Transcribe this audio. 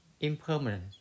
impermanent